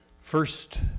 First